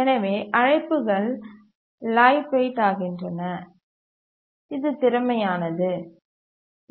எனவே அழைப்புகள் லைட்வெயிட் ஆகின்றன இது திறமையானது